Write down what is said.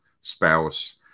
spouse